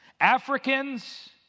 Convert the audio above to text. Africans